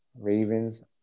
Ravens